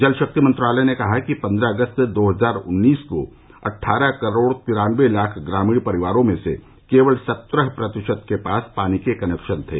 जल शक्ति मंत्रालय ने कहा है कि पन्द्रह अगस्त दो हजार उन्नीस को अट्ठारह करोड़ तिरानबे लाख ग्रामीण परिवारों में से केवल सत्रह प्रतिशत के पास पानी के कनेक्शन थे